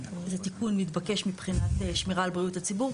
זה תיקון מתבקש מבחינת שמירה על בריאות הציבור.